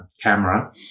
camera